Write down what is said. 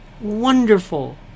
wonderful